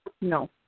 No